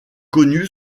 connu